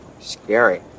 scary